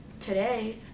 today